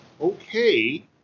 okay